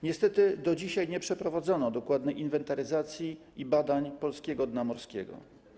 Niestety do dzisiaj nie przeprowadzono dokładnej inwentaryzacji i badań polskiego dna morskiego.